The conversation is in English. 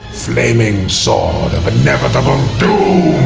flaming sword of inevitable doom.